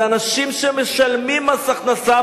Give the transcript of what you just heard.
זה אנשים שמשלמים מס הכנסה,